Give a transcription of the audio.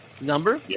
number